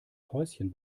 häuschen